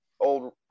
old